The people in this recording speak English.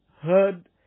heard